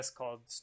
called